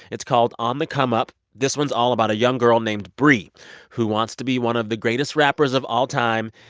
it's called on the come up. this one's all about a young girl named bri who wants to be one of the greatest rappers of all time.